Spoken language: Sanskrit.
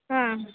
हा